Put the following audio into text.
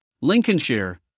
Lincolnshire